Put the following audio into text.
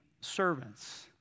servants